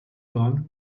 bahn